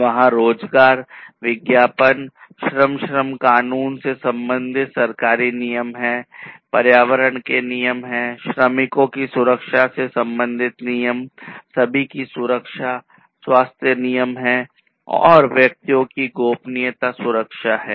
वहाँ रोजगार विज्ञापन श्रम श्रम कानून से संबंधित सरकारी नियम हैं पर्यावरण के नियम हैं श्रमिकों की सुरक्षा से संबंधित नियम सभी की सुरक्षा स्वास्थ्य नियम हैं और व्यक्तियों की गोपनीयता सुरक्षा है